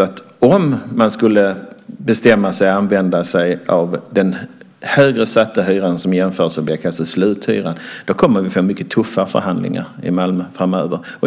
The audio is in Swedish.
att om man skulle bestämma sig för att använda sig av den högre satta hyran som jämförelse med sluthyran kommer vi att få mycket tuffa förhandlingar i Malmö framöver.